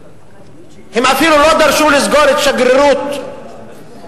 הם אפילו לא דרשו לסגור את שגרירות ירדן,